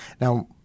Now